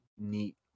neat